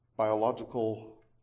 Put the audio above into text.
biological